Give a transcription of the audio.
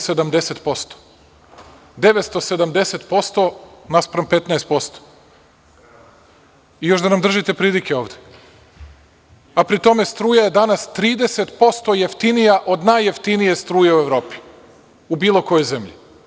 Dakle, 970% naspram 15% i još da nam držite pridike ovde, a pri tom struja je danas 30% jeftinija od najjeftinije struje u Evropi, od bilo koje zemlje.